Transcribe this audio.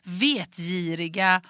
vetgiriga